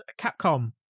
Capcom